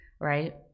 right